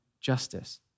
justice